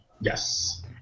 Yes